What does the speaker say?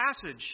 passage